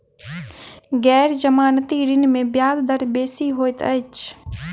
गैर जमानती ऋण में ब्याज दर बेसी होइत अछि